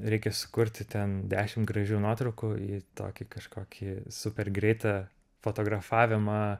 reikia sukurti ten dešim gražių nuotraukų į tokį kažkokį super greitą fotografavimą